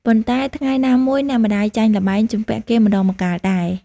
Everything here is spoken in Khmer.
ប៉ុន្តែថ្ងៃណាមួយអ្នកម្ដាយចាញ់ល្បែង ជំពាក់គេម្ដងម្កាលដែរ ។